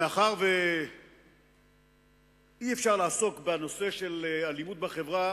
מאחר שאי-אפשר לעסוק בנושא האלימות בחברה